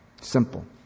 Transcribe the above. Simple